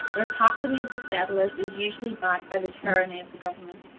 the rapacity of the settlers is usually backed by the tyranny of the government.